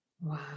Wow